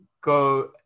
go –